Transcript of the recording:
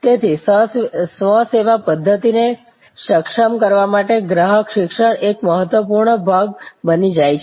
તેથી સ્વ સેવા પ્ધત્તિ ને સક્ષમ કરવા માટે ગ્રાહક શિક્ષણ એક મહત્વપૂર્ણ ભાગ બની જાય છે